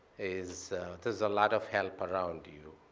is there's a lot of help around you.